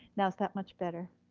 now is that much better?